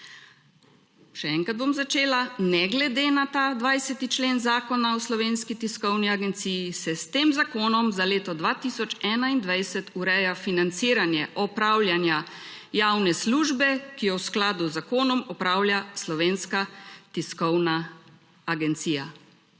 še enkrat bom začela: »ne glede na ta 20. člen Zakona o slovenski tiskovni agenciji se s tem zakonom za leto 2021 ureja financiranje opravljanja javne službe, ki jo v skladu z zakonom opravlja Slovenskega tiskovna agencija.«